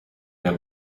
them